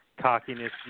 cockiness